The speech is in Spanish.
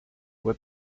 fue